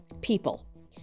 People